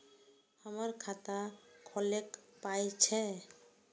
हमर खाता खौलैक पाय छै